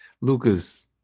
Luca's